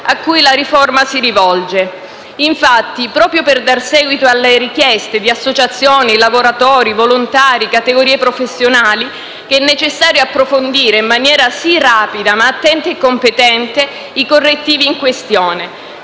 cui la riforma si rivolge. Infatti, è proprio per dar seguito alle richieste di associazioni, lavoratori, volontari e categorie professionali che è necessario approfondire, in maniera sì rapida ma attenta e competente, i correttivi in questione.